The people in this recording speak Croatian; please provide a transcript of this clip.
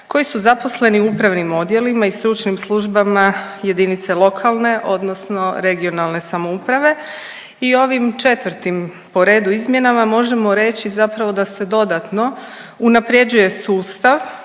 koji su zaposleni u upravnim odjelima i stručnim službama jedinice lokalne odnosno regionalne samouprave i ovim četvrtim po redu izmjenama možemo reći zapravo da se dodatno unapređuje sustav